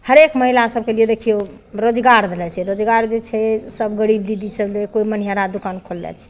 हरेक महिला सबके लिए देखियौ रोजगार देले छै रोजगार जे छै सब गरीब दीदी सब ले कोइ मनिहारा दोकान खोलने छै